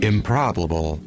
Improbable